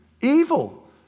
evil